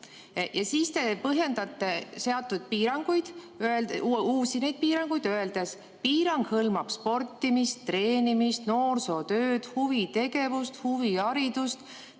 Siis te põhjendasite seatud piiranguid, neid uusi piiranguid, öeldes, et piirang hõlmab sportimist, treenimist, noorsootööd, huvitegevust, huviharidust,